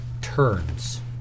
turns